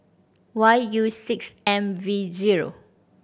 Y U six M V zero